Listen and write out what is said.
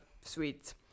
sweets